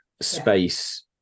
space